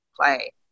play